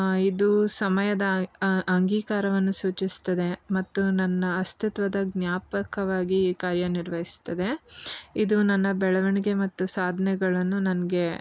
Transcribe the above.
ಇದು ಸಮಯದ ಅಂಗೀಕಾರವನ್ನು ಸೂಚಿಸ್ತದೆ ಮತ್ತು ನನ್ನ ಅಸ್ತಿತ್ವದ ಜ್ಞಾಪಕವಾಗಿ ಕಾರ್ಯನಿರ್ವಹಿಸ್ತದೆ ಇದು ನನ್ನ ಬೆಳವಣಿಗೆ ಮತ್ತು ಸಾಧನೆಗಳನ್ನು ನನಗೆ